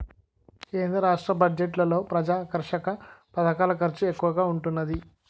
కేంద్ర రాష్ట్ర బడ్జెట్లలో ప్రజాకర్షక పధకాల ఖర్చు ఎక్కువగా ఉంటున్నాది